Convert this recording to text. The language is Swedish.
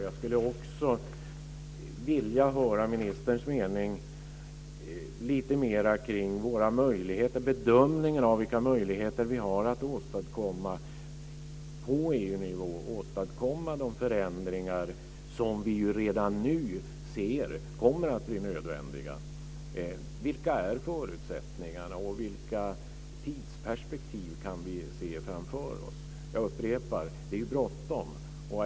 Jag skulle också vilja höra ministerns bedömning av våra möjligheter att på EU-nivå åstadkomma de förändringar som vi redan nu ser kommer att bli nödvändiga. Vilka är förutsättningarna? Vilka tidsperspektiv kan vi se framför oss? Jag upprepar: Det är bråttom.